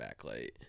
backlight